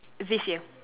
this year